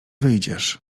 wyjdziesz